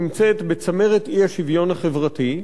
נמצאת בצמרת האי-שוויון החברתי,